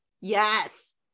Yes